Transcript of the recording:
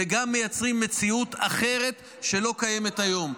וגם מייצרים מציאות אחרת שלא קיימת היום.